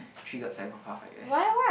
triggered psychopath I guess